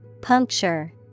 Puncture